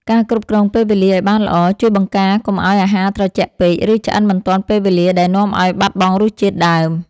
ការគ្រប់គ្រងពេលវេលាឱ្យបានល្អ ជួយបង្ការកុំឱ្យអាហារត្រជាក់ពេក ឬឆ្អិនមិនទាន់ពេលវេលាដែលនាំឱ្យបាត់បង់រសជាតិដើម។